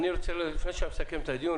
לפני שאני מסכם את הדיון,